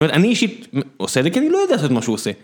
אני אישית... עושה את זה, כי אני לא יודע לעשות את מה שהוא עושה